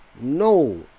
No